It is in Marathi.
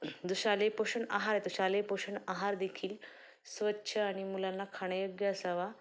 ज शालेय पोषण आहार आहे तो शालेय पोषण आहार देखील स्वच्छ आणि मुलांना खाण्यायोग्य असावा